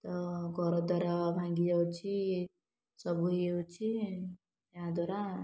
ତ ଘରଦ୍ୱାର ଭାଙ୍ଗିଯାଉଛି ସବୁ ହୋଇଯାଉଛି ଏହାଦ୍ୱାରା